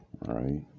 Right